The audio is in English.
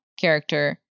character